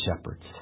shepherds